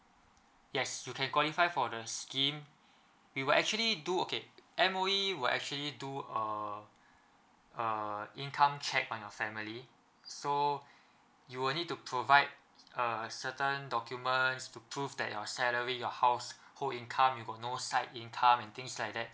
yes you can qualify for the scheme we will actually do okay M_O_E will actually do uh uh income check on your family so you'll need to provide a certain documents to prove that your salary your household income you got no side income and things like that